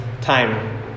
time